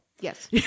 Yes